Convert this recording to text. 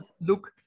look